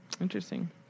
Interesting